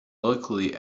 locally